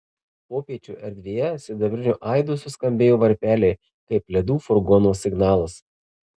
popiečio erdvėje sidabriniu aidu suskambėjo varpeliai kaip ledų furgono signalas